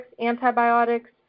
antibiotics